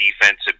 defensive